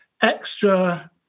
extra